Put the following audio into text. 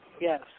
Yes